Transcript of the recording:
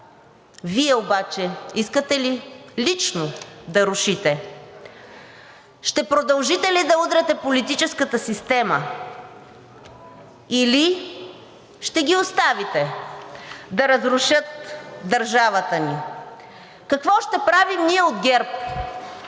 Вие обаче искате ли лично да рушите? Ще продължите ли да удряте политическата система, или ще ги оставите да разрушат държавата ни? Какво ще правим ние от ГЕРБ?